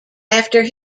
after